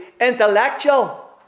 intellectual